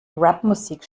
rapmusik